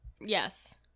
Yes